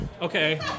Okay